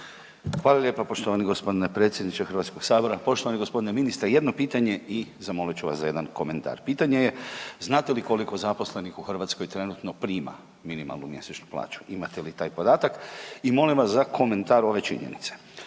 Hvala lijepa poštovani gospodine predsjedniče Hrvatskog sabora. Poštovani gospodine ministre jedno pitanje i zamolit ću vas za jedan komentar. Pitanje je znate li koliko zaposlenih u Hrvatskoj trenutno prima minimalnu mjesečnu plaću, imate li taj podatak? I molim vas za komentar ove činjenice.